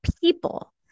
people